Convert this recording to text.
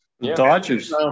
Dodgers